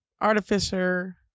artificer